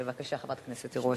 בבקשה, חברת הכנסת תירוש.